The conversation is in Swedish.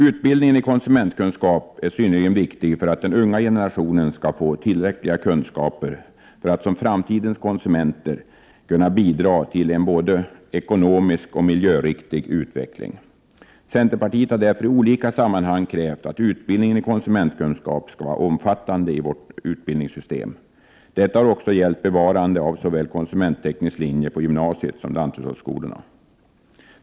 Utbildningen i konsumentkunskap är synnerligen viktig för att de som tillhör den unga generationen skall få tillräckliga kunskaper för att som framtidens konsumenter kunna bidra till en både ekonomisk och miljöriktig utveckling. Centerpartiet har därför i olika sammanhang krävt att utbildningen i konsumentkunskap skall vara omfattande i vårt utbildningssystem. Det har också gällt bevarande av såväl konsumentteknisk linje på gymnasiet som lanthushållsskolorna.